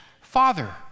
father